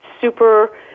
super